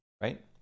right